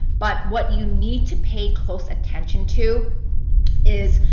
but what you need to pay close attention to is,